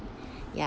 ya